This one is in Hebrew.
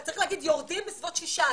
צריך להגיד יורדים בסביבות 16,000,